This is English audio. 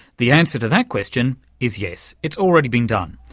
the answer to that question is yes, it's already been done.